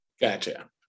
Gotcha